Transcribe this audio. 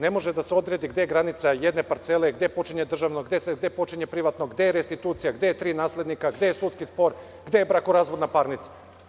Ne može da se odredi gde je granica jedne parcele, gde počinje državno, gde počinje privatno, gde je restitucija, gde je tri naslednika, gde je sudski spor, gde je brakorazvodna parnica.